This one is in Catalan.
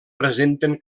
presenten